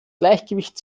gleichgewicht